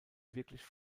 wirklich